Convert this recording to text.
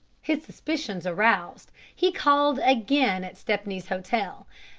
his suspicions aroused, he called again at stepney's hotel,